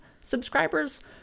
subscribers